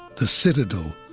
the citadel,